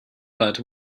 but